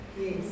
Yes